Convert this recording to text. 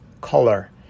color